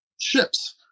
ships